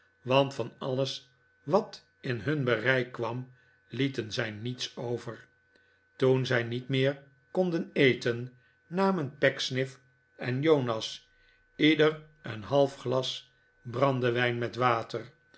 want van alles wat in hun bereik kwam lieten zij niets over toen zij niet meer konden eten namen pecksniff en jonas ieder een half glas bran dewijn met water